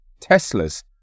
teslas